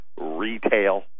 retail